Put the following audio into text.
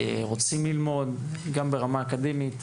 רוצים ללמוד גם ברמה אקדמית,